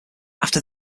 after